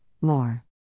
more